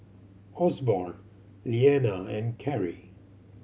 Osborn Liana and Cary